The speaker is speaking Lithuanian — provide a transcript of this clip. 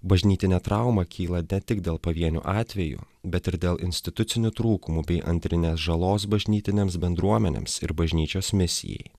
bažnytinė trauma kyla ne tik dėl pavienių atvejų bet ir dėl institucinių trūkumų bei antrinės žalos bažnytinėms bendruomenėms ir bažnyčios misijai